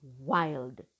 wild